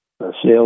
sales